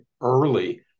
early